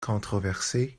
controversé